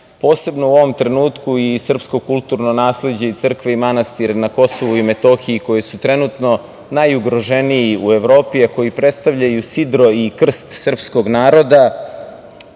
posebno u ovom trenutku i srpsko kulturno nasleđe i crkve i manastire na KiM, koji su trenutno najugroženiji u Evropi, a koji predstavljaju sidro i krst Srpskog naroda,